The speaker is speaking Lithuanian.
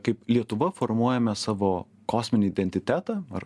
kaip lietuva formuojame savo kosminį identitetą ar